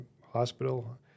hospital